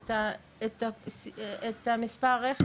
את המספר רכב.